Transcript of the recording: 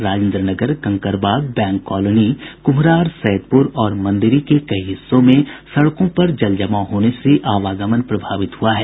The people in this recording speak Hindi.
राजेन्द्र नगर कंकड़बाग बैंक कॉलोनी कुम्हरार सैदपुर और मंदिरी के कई हिस्सों में सड़कों पर जल जमाव होने से आवागमन प्रभावित हुआ है